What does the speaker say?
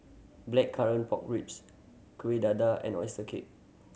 Blackcurrant Pork Ribs Kueh Dadar and oyster cake